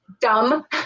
dumb